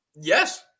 Yes